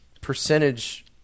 percentage